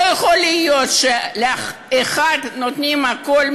לא יכול להיות שלאחד נותנים הכול,